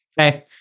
Okay